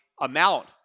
amount